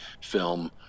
film